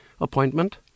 appointment